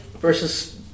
versus